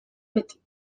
beti